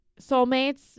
Soulmates